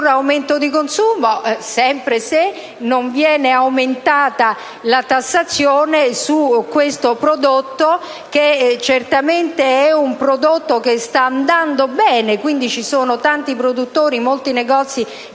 aumento di consumo, ma sempre se non viene aumentata la tassazione su questo prodotto, che certamente sta andando bene. Ci sono tanti produttori, molti negozi,